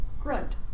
Grunt